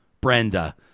Brenda